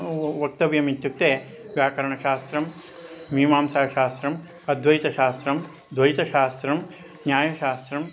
वक्तव्यमित्युक्ते व्याकरणशास्त्रं मीमांसाशास्त्रम् अद्वैतशास्त्रं द्वैतशास्त्रं न्यायशास्त्रम्